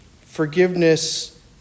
forgiveness